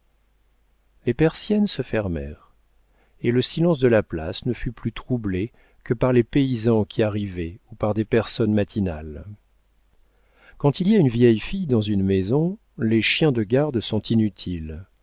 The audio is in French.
les persiennes se fermèrent et le silence de la place ne fut plus troublé que par les paysans qui arrivaient ou par des personnes matinales quand il y a une vieille fille dans une maison les chiens de garde sont inutiles